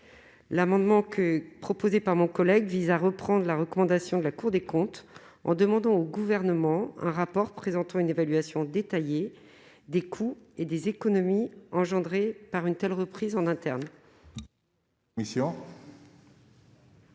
l'amendement que proposée par mon collègue vise à reprend de la recommandation de la Cour des comptes, en demandant au gouvernement un rapport présentant une évaluation détaillée des coûts et des économies engendrées par une telle reprise en interne.